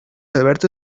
alberto